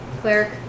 cleric